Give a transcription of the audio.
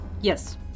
Yes